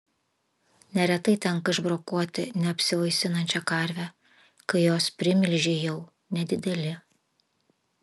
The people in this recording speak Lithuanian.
neretai tenka išbrokuoti neapsivaisinančią karvę kai jos primilžiai jau nedideli